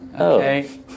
Okay